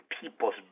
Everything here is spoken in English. people's